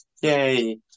Yay